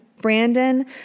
Brandon